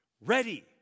ready